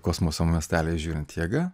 kosmoso masteliais žiūrint jėga